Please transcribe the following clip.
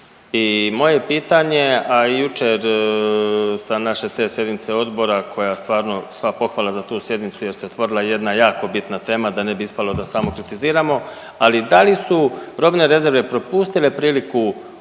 I moje pitanje, a i jučer sa naše te sjednice odbora koja stvarno, sva pohvala za tu sjednicu jer se otvorila jedna jako bitna tema da ne bi ispalo da samo kritiziramo, ali da li su robne rezerve propustile priliku u